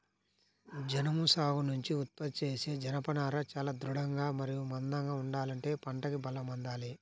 జనుము సాగు నుంచి ఉత్పత్తి చేసే జనపనార చాలా దృఢంగా మరియు మందంగా ఉండాలంటే పంటకి బలం అందాలి